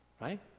right